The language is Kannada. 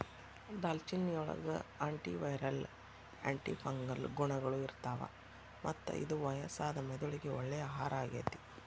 ದಾಲ್ಚಿನ್ನಿಯೊಳಗ ಆಂಟಿವೈರಲ್, ಆಂಟಿಫಂಗಲ್ ಗುಣಗಳು ಇರ್ತಾವ, ಮತ್ತ ಇದು ವಯಸ್ಸಾದ ಮೆದುಳಿಗೆ ಒಳ್ಳೆ ಆಹಾರ ಆಗೇತಿ